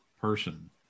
person